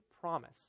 promise